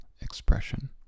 expression